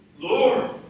Lord